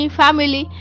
family